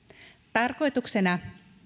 tarkoituksena